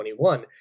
2021